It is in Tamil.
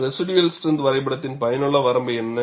எனது ரெஷிடுயல் ஸ்ட்ரென்த் வரைபடத்தின் பயனுள்ள வரம்பு என்ன